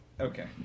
Okay